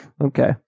Okay